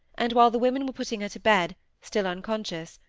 and while the women were putting her to bed, still unconscious,